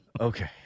Okay